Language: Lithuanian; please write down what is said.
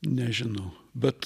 nežinau bet